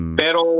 pero